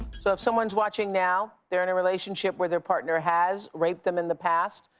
so if someone's watching now, they're in a relationship where there partner has raped them in the past,